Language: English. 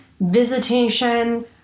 visitation